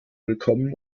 willkommen